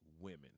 women